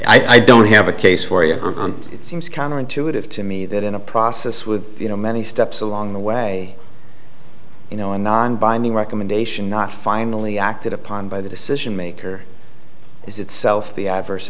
time i don't have a case for you it seems counterintuitive to me that in a process with you know many steps along the way you know a non binding recommendation not finally acted upon by the decision maker is itself the adverse